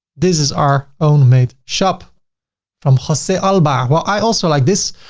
this is our own made shop from jose alba. well, i also like this.